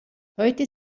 heute